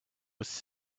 was